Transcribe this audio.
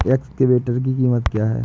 Excavator की कीमत क्या है?